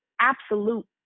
absolute